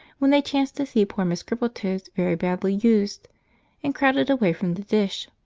when they chanced to see poor miss crippletoes very badly used and crowded away from the dish.